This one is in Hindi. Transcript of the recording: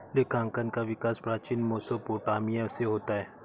लेखांकन का विकास प्राचीन मेसोपोटामिया से होता है